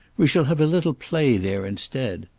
we shall have a little play there instead.